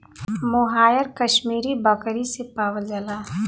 मोहायर कशमीरी बकरी से पावल जाला